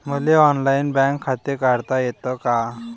मले online bank खाते काढता येते का?